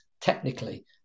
technically